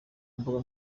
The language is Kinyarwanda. mbuga